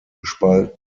gespalten